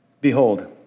behold